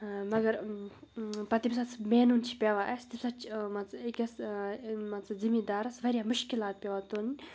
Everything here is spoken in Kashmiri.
مگر پَتہٕ ییٚمہِ ساتہٕ سُہ مینُن چھِ پٮ۪وان اَسہِ تمہِ ساتہٕ چھِ مان ژٕ أکِس مان ژٕ زٔمیٖندارَس واریاہ مُشکلات پٮ۪وان تُلٕنۍ